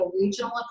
regional